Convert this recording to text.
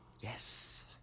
Yes